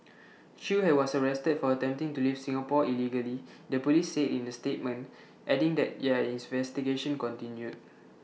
chew had was arrested for attempting to leave Singapore illegally the Police said in the statement adding that their investigation continued